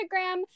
Instagram